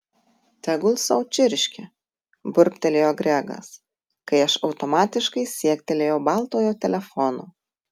tegul sau čirškia burbtelėjo gregas kai aš automatiškai siektelėjau baltojo telefono